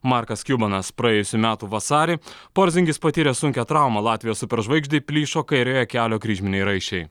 markas kiubanas praėjusių metų vasarį porzingis patyrė sunkią traumą latvijos superžvaigždei plyšo kairiojo kelio kryžminiai raiščiai